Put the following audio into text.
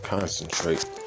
Concentrate